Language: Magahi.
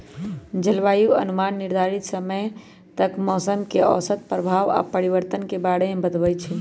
जलवायु अनुमान निर्धारित समय तक मौसम के औसत प्रभाव आऽ परिवर्तन के बारे में बतबइ छइ